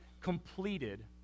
completed